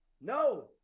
No